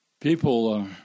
People